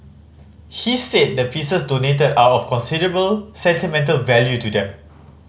he said the pieces donated are of considerable sentimental value to them